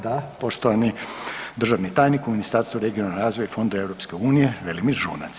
Da, poštovani državni tajnik u Ministarstvu regionalnoga razvoja i fondova EU, Velimir Žunac.